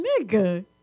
nigga